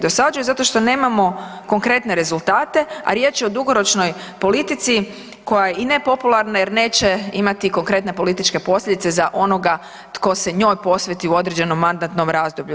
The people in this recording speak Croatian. Dosađuje zato što nemamo konkretne rezultate a riječ je o dugoročnoj politici koja je nepopularna jer neće imati konkretne političke posljedice za onoga tko se njoj posveti u određenom mandatnom razdoblju.